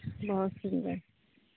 बहुत सुंदर